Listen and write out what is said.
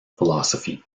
philosophy